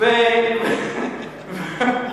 מישהו מש"ס.